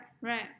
right